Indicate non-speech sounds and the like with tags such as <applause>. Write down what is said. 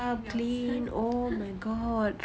clean yourself <laughs>